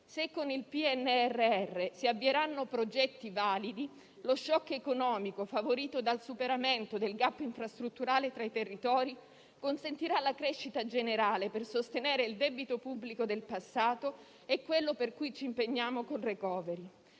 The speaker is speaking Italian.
Se con il PNRR si avvieranno progetti validi, lo *shock* economico favorito dal superamento del *gap* infrastrutturale tra i territori consentirà la crescita generale per sostenere il debito pubblico del passato e quello per cui ci impegniamo con il *recovery